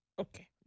Okay